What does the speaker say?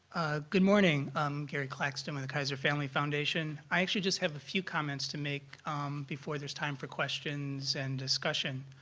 good morning. i'm gary claxton with the kaiser family foundation. i actually just have a few comments to make before there's time for questions and discussion.